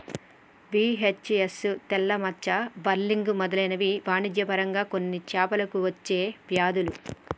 VHS, తెల్ల మచ్చ, whirling మెదలైనవి వాణిజ్య పరంగా కొన్ని చేపలకు అచ్చే వ్యాధులు